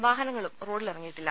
വാഹനങ്ങളും റോഡി ലിറങ്ങിയിട്ടില്ല